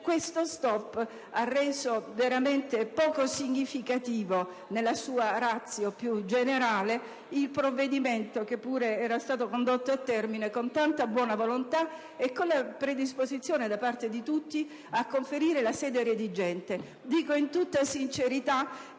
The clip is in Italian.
ha reso veramente poco significativo nella sua *ratio* più generale il provvedimento, che pure era stato condotto a termine con tanta buona volontà e con la predisposizione, da parte di tutti, a conferire la sede redigente.